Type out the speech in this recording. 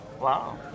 Wow